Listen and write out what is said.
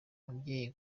umubyeyi